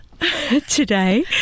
today